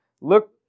Look